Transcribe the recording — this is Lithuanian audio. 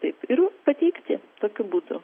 taip ir pateikti tokiu būdu